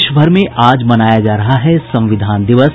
देश भर में आज मनाया जा रहा है संविधान दिवस